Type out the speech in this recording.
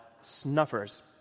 snuffers